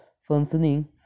functioning